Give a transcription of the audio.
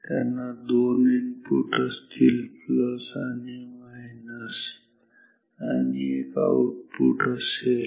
त्यांना दोन इनपुट असतील प्लस मायनस आणि एक आउटपुट असेल